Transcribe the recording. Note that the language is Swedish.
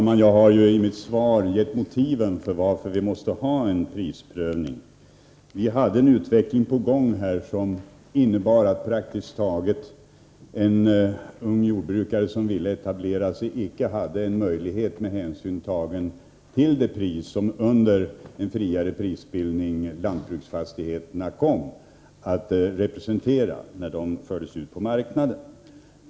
Herr talman! Jag har i mitt svar angett motiven till att vi måste ha en prisprövning. Det pågick en utveckling, som innebar att en ung jordbrukare som ville etablera sig praktiskt taget inte hade någon möjlighet till det, med hänsyn till de priser som lantbruksfastigheterna — under en friare prisbildning — kom att representera när de fördes ut på marknaden.